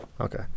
Okay